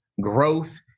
growth